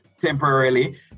temporarily